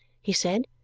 he said,